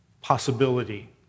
possibility